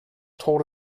told